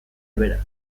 beraz